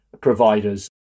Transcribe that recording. providers